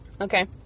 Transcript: Okay